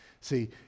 See